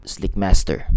Slickmaster